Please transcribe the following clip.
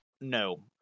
No